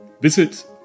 visit